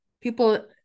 people